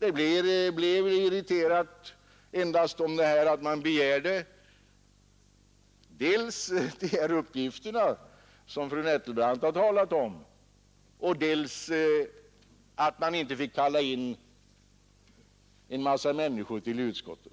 Det blev en irriterande stämning dels på grund av denna begäran om uppgifter från utskottet som fru Nettelbrandt talade om, dels därför att det begärdes att en mängd människor skulle kallas in till utskottet.